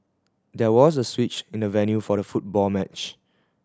there was a switch in the venue for the football match